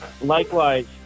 Likewise